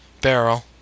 barrel